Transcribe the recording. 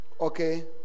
okay